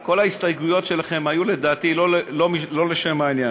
כל ההסתייגויות שלכם היו לדעתי לא לשם העניין.